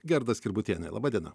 gerda skirbutienė laba diena